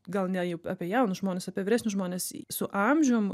gal ne jau apie jaunus žmones apie vyresnius žmones su amžium